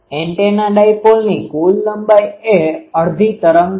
antenna ડાયપોલની કુલ લંબાઈ એ અડધી તરંગ છે